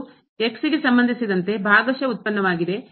ಇದು ಗೆ ಸಂಬಂಧಿಸಿದಂತೆ ಭಾಗಶಃ ಉತ್ಪನ್ನವಾಗಿದೆ